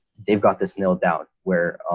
they've got this nailed down where